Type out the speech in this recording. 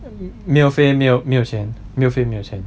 没有飞没有钱没有飞没有钱